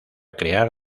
crear